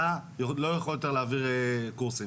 אתה לא יכול יותר להעביר קורסים.